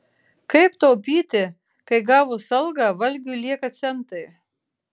kaip taupyti kai gavus algą valgiui lieka centai